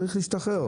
צריך להשתחרר.